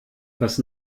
das